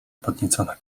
podniecona